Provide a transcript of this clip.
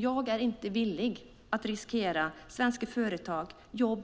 Jag är inte villig att riskera svenska företag, jobb,